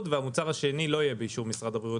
והמוצר השני לא יהיה באישור משרד הבריאות.